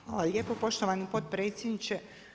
Hvala lijepo poštovani potpredsjedniče.